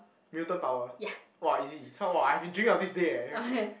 mutant power !wah! easy this one !wah! I've been dreaming of this day eh